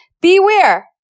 beware